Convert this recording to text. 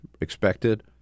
expected